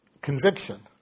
conviction